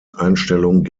einstellung